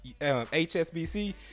HSBC